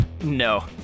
No